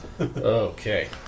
okay